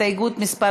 הסתייגות מס'